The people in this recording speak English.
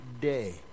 day